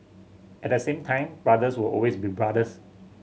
at the same time brothers will always be brothers